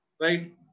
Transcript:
Right